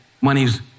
money's